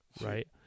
Right